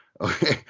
okay